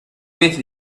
with